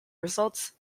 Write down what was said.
results